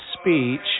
speech